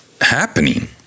happening